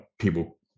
people